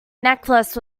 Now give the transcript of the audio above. necklace